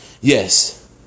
Yes